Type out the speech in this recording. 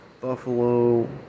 buffalo